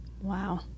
Wow